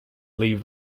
leave